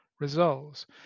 resolves